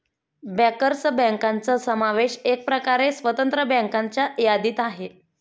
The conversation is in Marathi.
बँकर्स बँकांचा समावेश एकप्रकारे स्वतंत्र बँकांच्या यादीत आहे